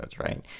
right